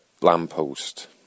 lamppost